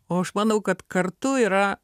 o aš manau kad kartu yra